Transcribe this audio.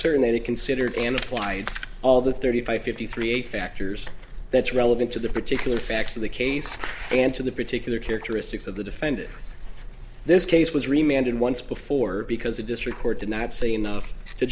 certain that it considered and applied all the thirty five fifty three eight factors that's relevant to the particular facts of the case and to the particular characteristics of the defendant this case was remanded once before because the district court did not say enough to